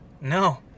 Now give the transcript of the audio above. No